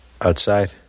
Outside